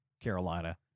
Carolina